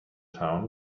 town